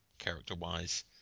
Character-wise